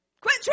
Quit